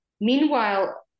Meanwhile